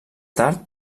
tard